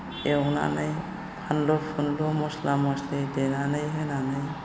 एवनानै बानलु बुनलु मस्ला मस्लि देनानै होनानै